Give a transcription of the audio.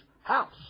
house